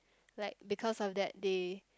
like because of that they